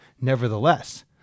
Nevertheless